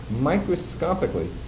microscopically